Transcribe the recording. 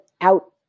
out